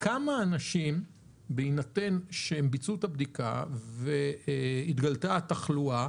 כמה אנשים בהינתן שהם ביצעו את הבדיקה והתגלתה תחלואה,